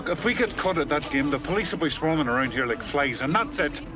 if we get caught at that game, the police be swarming around here like flies, and that's it.